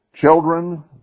Children